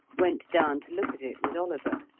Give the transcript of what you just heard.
went down to look at it with oliver.